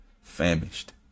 famished